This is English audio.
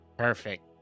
Perfect